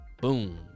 Boom